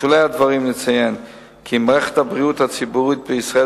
בשולי הדברים נציין כי מערכת הבריאות הציבורית בישראל